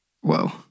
Whoa